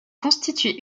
constitué